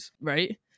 Right